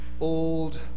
old